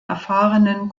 erfahrenen